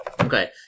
Okay